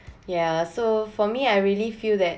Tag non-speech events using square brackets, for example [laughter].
[breath] ya so for me I really feel that